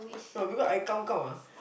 no because I count count ah